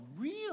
real